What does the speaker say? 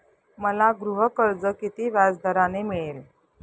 मला गृहकर्ज किती व्याजदराने मिळेल?